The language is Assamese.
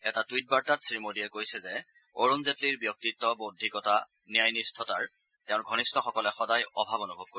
এটা টূইট বাৰ্তাত শ্ৰীমোদীয়ে কৈছে যে অৰুণ জেটলীৰ ব্যক্তিত্ব বৌদ্ধিকতা ন্যায় নিষ্ঠতাৰ তেওঁৰ ঘনিষ্ঠসকলে সদায় অভাৱ অনূভৱ কৰিব